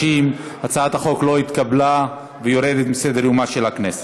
50. הצעת החוק לא התקבלה ויורדת מסדר-יומה של הכנסת.